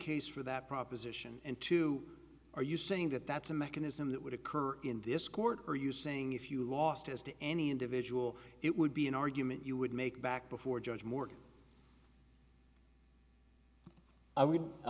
case for that proposition and two are you saying that that's a mechanism that would occur in this court are you saying if you lost as to any individual it would be an argument you would make back before judge moore i would i